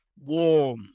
warm